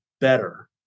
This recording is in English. better